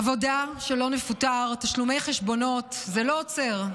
עבודה, שלא נפוטר, תשלומי חשבונות, זה לא עוצר,